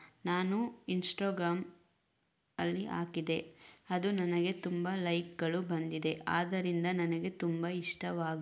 ನಾನು ಇನ್ಸ್ಟೋಗಾಮಲ್ಲಿ ಹಾಕಿದೆ ಅದು ನನಗೆ ತುಂಬ ಲೈಕ್ಗಳು ಬಂದಿದೆ ಆದರಿಂದ ನನಗೆ ತುಂಬ ಇಷ್ಟವಾಗಿತ್ತು